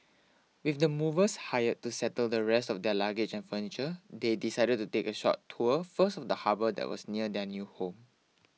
with the movers hired to settle the rest of their luggage and furniture they decided to take a short tour first of the harbour that was near their new home